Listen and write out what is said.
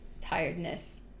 Tiredness